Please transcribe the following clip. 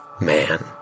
man